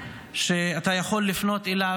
שאתה יכול לפנות אליו?